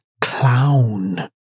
clown